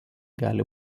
gali